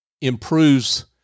improves